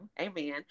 Amen